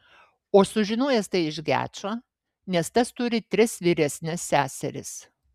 o sužinojęs tai iš gečo nes tas turi tris vyresnes seseris